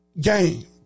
game